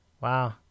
Wow